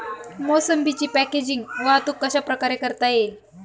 मोसंबीची पॅकेजिंग वाहतूक कशाप्रकारे करता येईल?